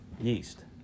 yeast